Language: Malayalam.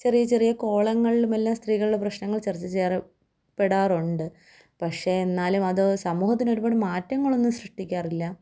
ചെറിയ ചെറിയ കോളങ്ങളിലുമെല്ലാം സ്ത്രീകളുടെ പ്രശ്നങ്ങൾ ചർച്ച ചെയ്യാറ് പെടാറുണ്ട് പക്ഷേ എന്നാലും അതു സമൂഹത്തിന് ഒരുപാട് മാറ്റങ്ങൾ ഒന്നും സൃഷ്ടിക്കാറില്ല